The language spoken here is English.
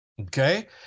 Okay